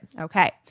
okay